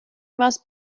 must